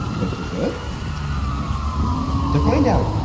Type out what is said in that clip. but for good to find out,